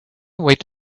wait